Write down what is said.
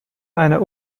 einer